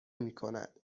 میکند